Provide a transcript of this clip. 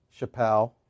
chappelle